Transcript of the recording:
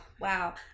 wow